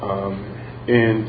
um and